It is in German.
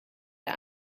der